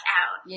out